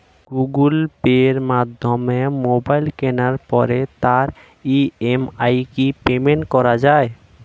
Google পের মাধ্যমে mobile কেনার পরে তার ই.এম.আই কি পেমেন্ট করা যায়?